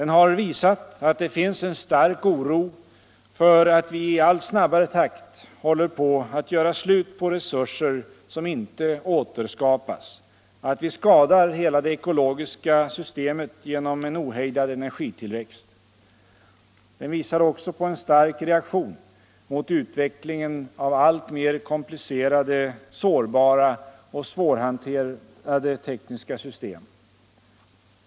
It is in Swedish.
Den har visat att det finns en stark oro för att vi i allt snabbare takt håller på att göra slut på resurser som inte återskapas, att vi skadar hela det ekologiska systemet genom en ohejdad energitillväxt. Den visade också på en stark reaktion mot utvecklingen av alltmer komplicerade, sårbara och svårhanterade tekniska system.